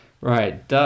Right